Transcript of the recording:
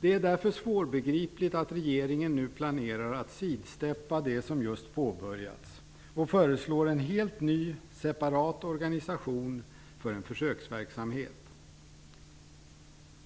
Därför är det svårbegripligt att regeringen nu planerar att sidsteppa det som just påbörjats och föreslår en helt ny separat organisation för en försöksverksamhet.